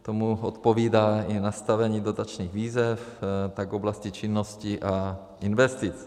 Tomu odpovídá i nastavení dotačních výzev, tak oblasti činnosti a investic.